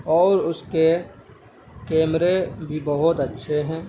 اور اس کے کیمرے بھی بہت اچھے ہیں